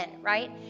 right